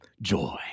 Joy